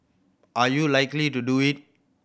are you likely to do it